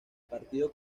partido